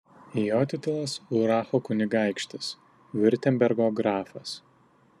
jo titulas uracho kunigaikštis viurtembergo grafas